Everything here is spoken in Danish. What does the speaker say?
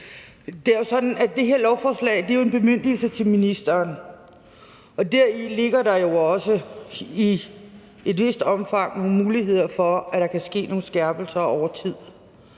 det her lovforslag indeholder en bemyndigelse til ministeren, og deri ligger der jo også i et vist omfang nogle muligheder for, at der kan ske nogle skærpelser over tid.